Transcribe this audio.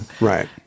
right